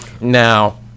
Now